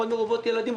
משפחות מרובות ילדים,